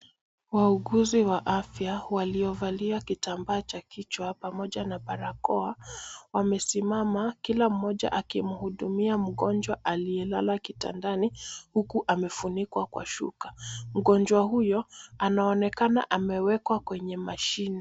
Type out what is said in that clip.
Wauguzi wa afya waliovalia kitambaa cha kichwa pamoja na barakoa wamesimama kila mmoja akimhudumia mgonjwa aliyelala kitandani, huku amefunikwa kwa shuka. Mgonja huyo anaonekana amewekwa kwenye mashine.